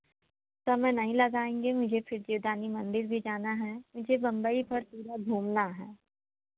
समय नहीं लगाएँगे मुझे फिर जीवदानी मंदिर भी जाना है मुझे बंबई भर पूरा घूमना है